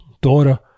daughter